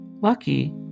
Lucky